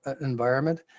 environment